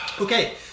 Okay